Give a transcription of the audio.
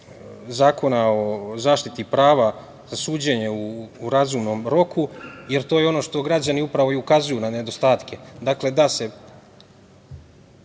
Zakona o zaštiti prava za suđenje u razumnom roku. To je ono što građani upravo i ukazuju na nedostatke.